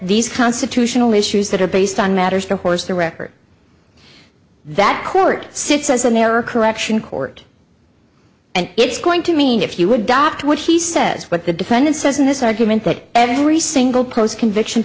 these constitutional issues that are based on matters for horse the record that court sits as america election court and it's going to mean if you would dr what he says what the defendant says in this argument that every single post conviction